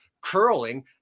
curling